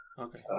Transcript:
okay